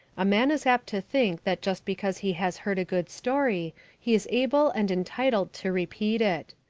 a man is apt to think that just because he has heard a good story he is able and entitled to repeat it.